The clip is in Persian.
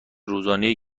روزانهای